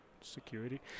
security